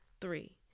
Three